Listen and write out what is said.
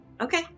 Okay